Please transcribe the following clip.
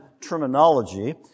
terminology